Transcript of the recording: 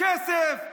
כסף?